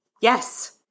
Yes